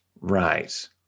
Right